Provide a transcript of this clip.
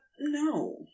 no